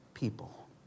people